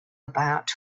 about